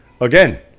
again